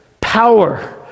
power